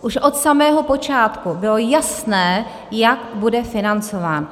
Už od samého počátku bylo jasné, jak bude financován.